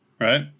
Right